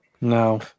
No